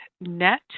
net